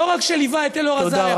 ולא רק שליווה את אלאור אזריה,